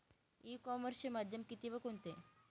E कॉमर्सचे माध्यम किती व कोणते?